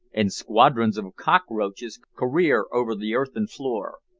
and squadrons of cockroaches career over the earthen floor.